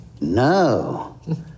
No